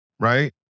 Right